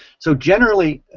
so generally,